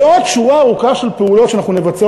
ועוד שורה ארוכה של פעולות שאנחנו נבצע,